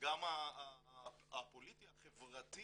גם הפוליטי החברתי